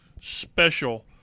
special